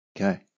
Okay